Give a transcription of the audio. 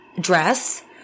dress